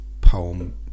poem